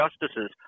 justices